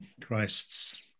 Christ's